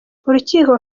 urukiko